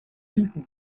people